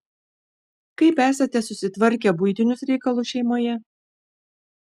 kaip esate susitvarkę buitinius reikalus šeimoje